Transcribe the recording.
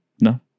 no